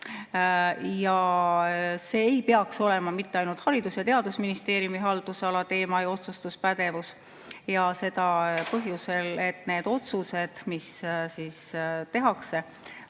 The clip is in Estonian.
See ei peaks olema mitte ainult Haridus- ja Teadusministeeriumi haldusala teema ja otsustuspädevus, seda põhjusel, et need otsused, mis tehakse,